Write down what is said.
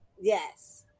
Yes